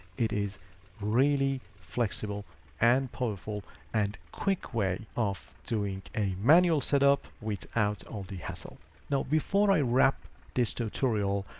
it is really flexible and powerful and quick way of doing a manual setup without all the hassle. now before i wrap this tutorial,